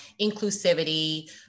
inclusivity